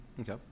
okay